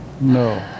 No